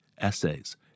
essays